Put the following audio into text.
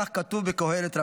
כך כתוב בקהלת רבה.